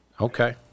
Okay